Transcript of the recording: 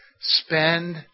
Spend